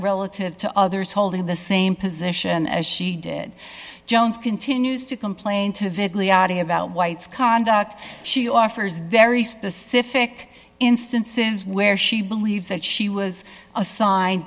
relative to others holding the same position as she did jones continues to complain to vividly oddie about whites conduct she offers very specific instances where she believes that she was assign